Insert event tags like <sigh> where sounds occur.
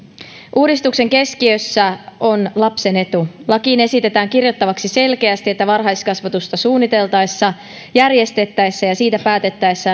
uudistuksen keskiössä on lapsen etu lakiin esitetään kirjattavaksi selkeästi että varhaiskasvatusta suunniteltaessa järjestettäessä ja siitä päätettäessä <unintelligible>